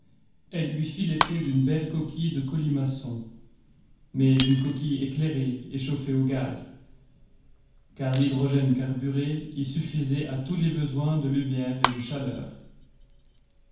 elle lui fit l'effet d'une belle coquille de colimaçon mais d'une coquille éclairée et chauffée au gaz car l'hydrogène carburé y suffisait à tous les besoins de lumière et de chaleur